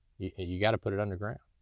you you gotta put it underground.